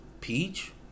peach